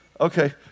Okay